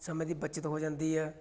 ਸਮੇਂ ਦੀ ਬੱਚਤ ਹੋ ਜਾਂਦੀ ਹੈ